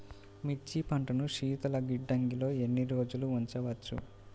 మిర్చి పంటను శీతల గిడ్డంగిలో ఎన్ని రోజులు ఉంచవచ్చు?